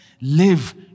live